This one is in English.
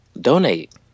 donate